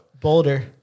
Boulder